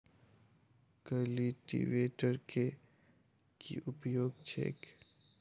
Cultivator केँ की उपयोग छैक?